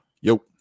Yo